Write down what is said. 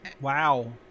Wow